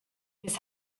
his